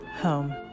home